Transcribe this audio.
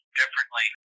differently